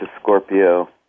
Scorpio